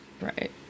Right